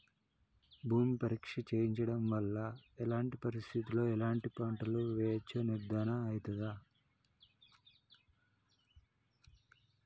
భూమి పరీక్ష చేయించడం వల్ల ఎలాంటి పరిస్థితిలో ఎలాంటి పంటలు వేయచ్చో నిర్ధారణ అయితదా?